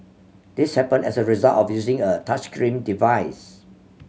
this happened as a result of using a touchscreen device